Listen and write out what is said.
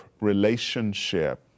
relationship